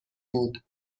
بود